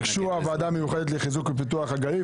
ביקשו הוועדה המיוחדת לחיזוק ופיתוח הגליל,